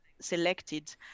selected